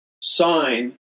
sign